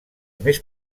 més